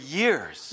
years